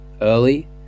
early